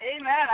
Amen